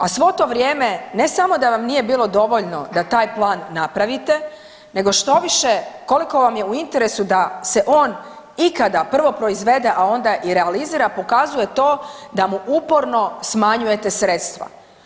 A svo to vrijeme ne samo da vam nije bilo dovoljno da taj plan napravite, nego štoviše koliko vam je u interesu da se on ikada prvo proizvede a onda i realizira pokazuje to da mu uporno smanjujete sredstva.